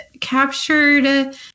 captured